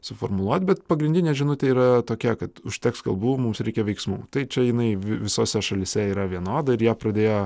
suformuluot bet pagrindinė žinutė yra tokia kad užteks kalbų mums reikia veiksmų tai čia jinai visose šalyse yra vienoda ir ją pradėjo